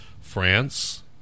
france